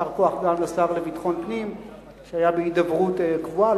יישר כוח גם לשר לביטחון פנים שהיה בהידברות קבועה.